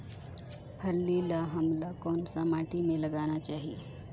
फल्ली ल हमला कौन सा माटी मे लगाना चाही?